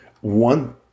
one